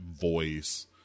voice